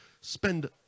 spend